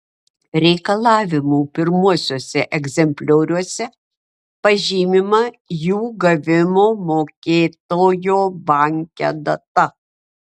reikalavimų pirmuosiuose egzemplioriuose pažymima jų gavimo mokėtojo banke data